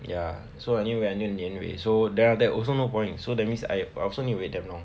ya so I need to wait until 年尾 so then after that also no point so that means I I also need to wait damn long